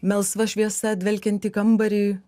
melsva šviesa dvelkiantį kambarį